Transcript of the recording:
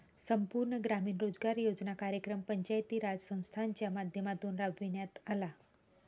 संपूर्ण ग्रामीण रोजगार योजना कार्यक्रम पंचायती राज संस्थांच्या माध्यमातून राबविण्यात आला